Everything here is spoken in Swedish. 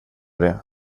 det